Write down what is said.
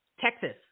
Texas